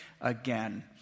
Again